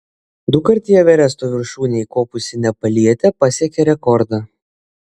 dukart į everesto viršūnę įkopusi nepalietė pasiekė rekordą